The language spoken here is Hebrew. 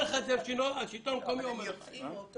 השלטון המקומי אומר לך.